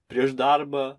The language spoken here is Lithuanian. prieš darbą